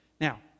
Now